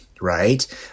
right